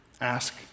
ask